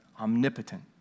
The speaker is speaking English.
omnipotent